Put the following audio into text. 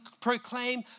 proclaim